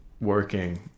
working